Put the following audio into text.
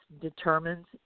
determines